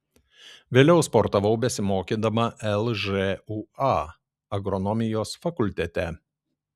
vėliau sportavau besimokydama lžūa agronomijos fakultete